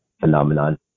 phenomenon